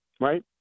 Right